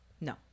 No